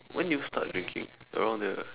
when did you start drinking around there right